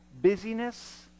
busyness